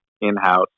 in-house